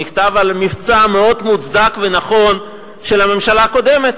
הוא נכתב על מבצע מאוד מוצדק ונכון של הממשלה הקודמת,